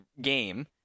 game